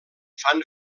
fan